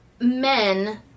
men